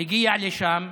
הגיע לשם,